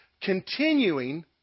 continuing